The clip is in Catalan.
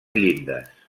llindes